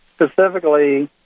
Specifically